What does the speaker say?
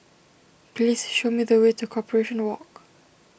please show me the way to Corporation Walk